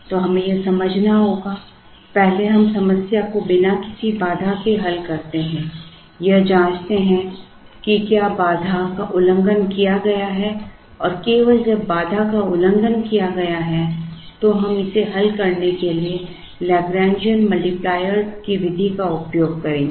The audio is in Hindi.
तो हमें यह समझना होगा पहले हम समस्या को बिना किसी बाधा के हल करते हैं यह जांचते हैं कि क्या बाधा का उल्लंघन किया गया है और केवल जब बाधा का उल्लंघन किया गया है तो हम इसे हल करने के लिए लैग्रेंजियन मल्टीप्लायरों की विधि का उपयोग करेंगे